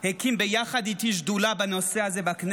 הקים ביחד איתי שדולה בכנסת בנושא הזה.